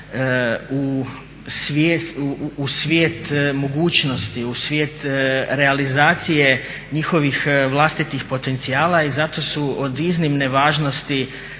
u svijet mogućnosti, u svijet realizacije njihovih vlastitih potencijala i zato su od iznimne važnosti